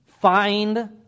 find